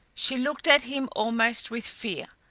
she looked at him almost with fear,